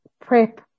prep